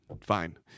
fine